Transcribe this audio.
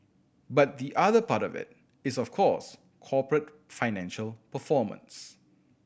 but the other part of it it's of course corporate financial performance